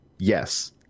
Yes